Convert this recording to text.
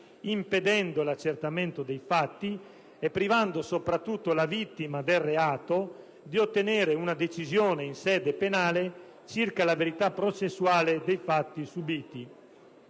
impedendo l'accertamento dei fatti e privando soprattutto la vittima del reato della possibilità di ottenere una decisione in sede penale circa la verità processuale dei fatti subiti.